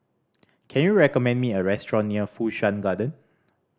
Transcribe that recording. can you recommend me a restaurant near Fu Shan Garden